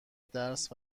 درس